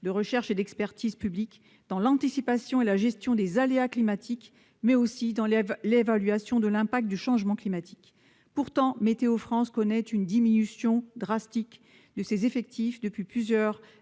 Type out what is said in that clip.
de recherche et d'expertise dans l'anticipation et la gestion des aléas climatiques, mais aussi dans l'évaluation de l'impact du changement climatique. Pourtant, Météo France connaît une diminution drastique de ses effectifs depuis plusieurs années,